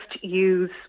use